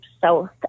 South